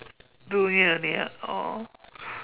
two meals only ah oh